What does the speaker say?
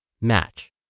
Match